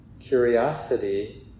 curiosity